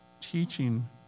teaching